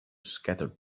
scattered